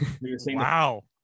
Wow